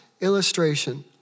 illustration